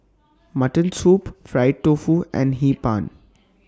Mutton Soup Fried Tofu and Hee Pan